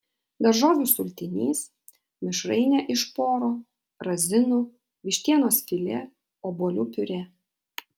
daržovių sultinys mišrainė iš poro razinų vištienos filė obuolių piurė